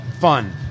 fun